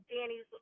Danny's